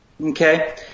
okay